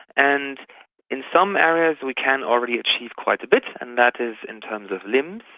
and in some areas we can already achieve quite a bit, and that is in terms of limbs.